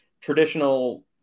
traditional